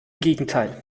gegenteil